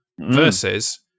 versus